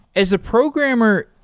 as a programmer,